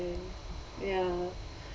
~a ya